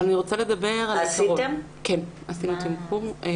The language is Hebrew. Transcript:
עשיתם תמחור?